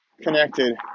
connected